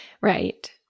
Right